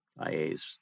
ias